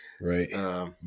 Right